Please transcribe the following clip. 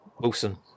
Wilson